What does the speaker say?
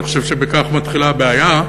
ואני חושב שבכך מתחילה הבעיה.